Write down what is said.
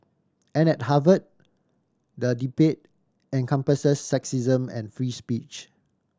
and at Harvard the debate encompasses sexism and free speech